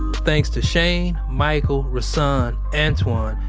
thanks to shane, michael, rassan, antwan,